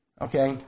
Okay